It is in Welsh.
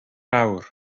awr